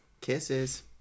kisses